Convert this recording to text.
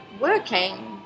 working